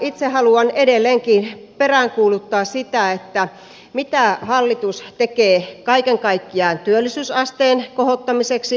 itse haluan edelleenkin peräänkuuluttaa sitä mitä hallitus tekee kaiken kaikkiaan työllisyysasteen kohottamiseksi